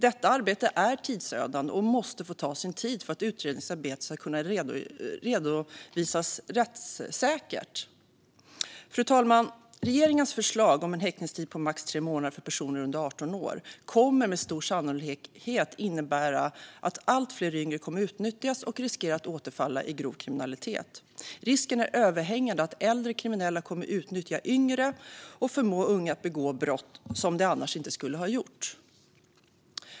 Detta arbete är tidsödande och måste få ta sin tid för att utredningsarbetet ska kunna redovisas rättssäkert. Fru talman! Regeringens förslag om en häktningstid på max tre månader för personer under 18 år kommer med stor sannolikhet att innebära att allt fler yngre kommer att utnyttjas och riskera att återfalla i grov kriminalitet. Risken är överhängande att äldre kriminella kommer att utnyttja yngre och förmå unga att begå brott som de annars inte skulle ha begått.